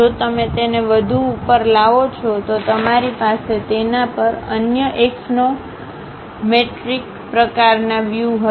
જો તમે તેને વધુ ઉપર લાવો છો તો તમારી પાસે તેના પર અન્ય એક્સોનોમેટ્રિક પ્રકારનાં વ્યૂ હશે